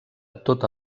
tota